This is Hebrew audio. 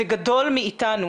זה גדול מאיתנו.